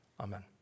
amen